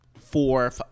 four